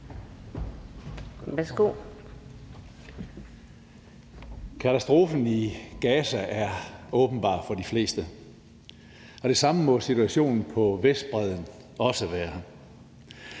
Katastrofen i Gaza er åbenbar for de fleste, og det samme må situationen på Vestbredden også være.